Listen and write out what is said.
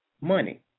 money